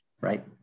Right